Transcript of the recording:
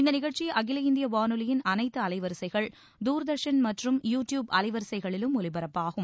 இந்த நிகழ்ச்சி அகில இந்திய வானொலியின் அனைத்து அலைவரிசைகள் தூர்தர்ஷன் மற்றும் யூ டியூப் அலைவரிசைகளிலும் ஒலிபரப்பாகும்